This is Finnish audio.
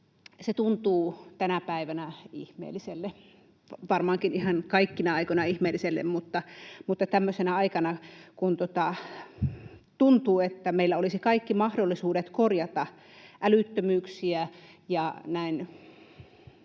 tuntuu tänä päivänä ihmeelliselle, varmaankin ihan kaikkina aikoina ihmeelliselle, mutta tämmöisenä aikana, kun tuntuu, että meillä olisi kaikki mahdollisuudet korjata älyttömyyksiä ja näin